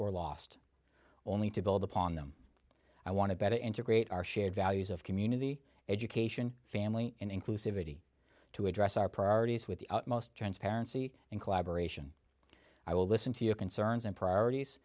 or lost only to build upon them i want to better integrate our shared values of community education family inclusive eighty to address our priorities with the utmost transparency and collaboration i will listen to your concerns and priorities